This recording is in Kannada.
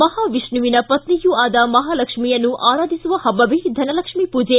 ಮಹಾವಿಷ್ಣುವಿನ ಪತ್ನಿಯೂ ಆದ ಮಹಾಲಕ್ಷ್ಮಿಯನ್ನು ಆರಾಧಿಸುವ ಪಬ್ಬವೇ ಧನಲಕ್ಷ್ಮೀ ಪೂಜೆ